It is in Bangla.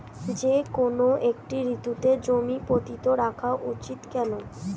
যেকোনো একটি ঋতুতে জমি পতিত রাখা উচিৎ কেন?